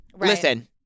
Listen